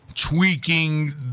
tweaking